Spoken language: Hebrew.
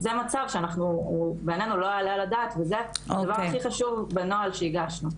זה מצב שבעיננו לא יעלה על הדעת וזה הדבר הכי חשוב בנוהל שהגשנו,